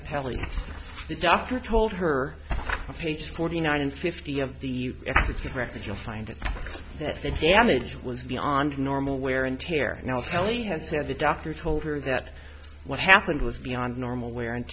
telling the doctor told her page forty nine and fifty of the execute records you'll find that the damage was beyond normal wear and tear now kelly has said the doctor told her that what happened was beyond normal wear and